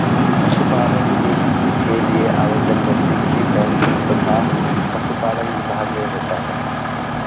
पशुपालन के.सी.सी के लिए आवेदन नजदीकी बैंक तथा पशुपालन विभाग में होता है